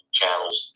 channels